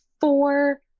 four